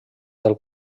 del